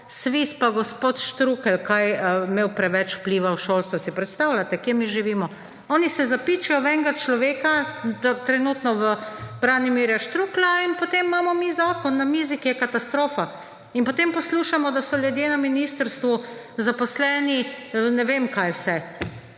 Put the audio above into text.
SVIZ in gospod Štrukelj kaj imel preveč vpliva v šolstvu. Si predstavljate, kje mi živimo? Oni se zapičijo v enega človeka, trenutno v Branimirja Štruklja in potem imamo mi zakon na mizi, ki je katastrofa. In potem poslušamo, da so ljudje na ministrstvu, zaposleni ne vem kaj vse.